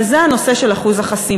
וזה הנושא של אחוז החסימה.